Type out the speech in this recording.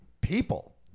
people